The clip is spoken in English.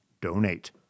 donate